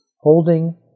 holding